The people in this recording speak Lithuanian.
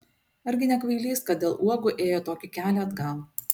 argi ne kvailys kad dėl uogų ėjo tokį kelią atgal